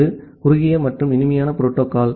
இது குறுகிய மற்றும் இனிமையான புரோட்டோகால்